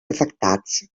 afectats